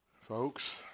Folks